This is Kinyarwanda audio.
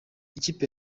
ikipe